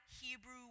Hebrew